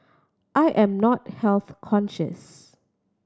I am not health conscious